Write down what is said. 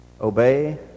obey